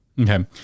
Okay